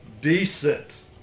decent